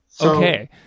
Okay